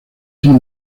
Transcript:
son